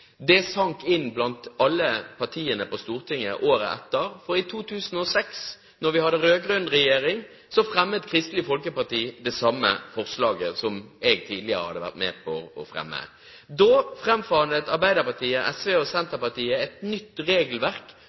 Det sank inn blant alle partiene på Stortinget året etter. I 2006, da vi hadde rød-grønn regjering, fremmet Kristelig Folkeparti det samme forslaget som jeg tidligere hadde vært med på å fremme. Da framforhandlet Arbeiderpartiet, SV og Senterpartiet et nytt regelverk